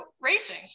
racing